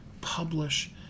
publish